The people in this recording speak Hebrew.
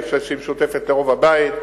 ואני חושב שהיא משותפת לרוב הבית,